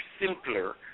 simpler